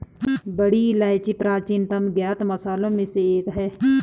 बड़ी इलायची प्राचीनतम ज्ञात मसालों में से एक है